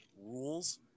rules